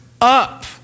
up